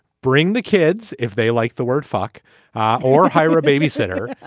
bring the kids if they like the word fuck or hire a babysitter.